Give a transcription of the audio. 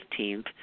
15th